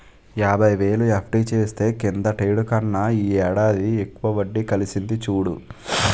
యాబైవేలు ఎఫ్.డి చేస్తే కిందటేడు కన్నా ఈ ఏడాది ఎక్కువ వడ్డి కలిసింది చూడు